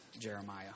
Jeremiah